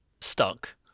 stuck